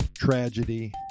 tragedy